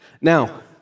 Now